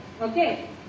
Okay